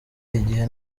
igihe